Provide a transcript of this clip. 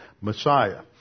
Messiah